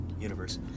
universe